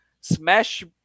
Smash